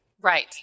right